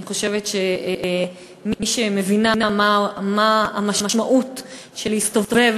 אני חושבת שמי שמבינה מה המשמעות של להסתובב,